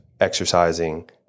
exercising